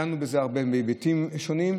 דנו בזה הרבה מהיבטים שונים.